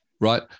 right